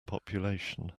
population